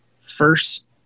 first